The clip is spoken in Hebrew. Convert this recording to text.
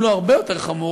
אם לא הרבה יותר חמור,